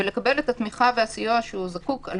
ולקבל את התמיכה והסיוע שהוא זקוק כדי